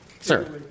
Sir